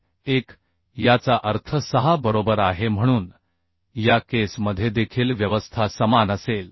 1 याचा अर्थ 6 बरोबर आहे म्हणून या केस मध्ये देखील व्यवस्था समान असेल